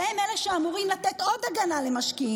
שהם אלה שאמורים לתת עוד הגנה למשקיעים?